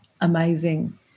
amazing